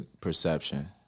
perception